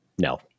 no